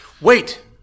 Wait